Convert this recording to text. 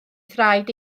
thraed